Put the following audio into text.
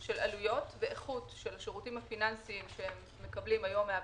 בסך הכול 98 הודעות ותשקיפים בשני רבעונים